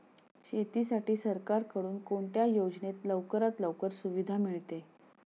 शेतीसाठी सरकारकडून कोणत्या योजनेत लवकरात लवकर सुविधा मिळते?